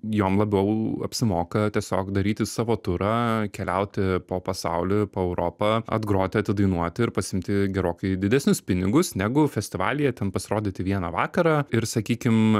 jom labiau apsimoka tiesiog daryti savo turą keliauti po pasaulį po europą atgroti atidainuoti ir pasiimti gerokai didesnius pinigus negu festivalyje ten pasirodyti vieną vakarą ir sakykim